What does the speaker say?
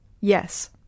Yes